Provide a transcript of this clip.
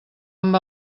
amb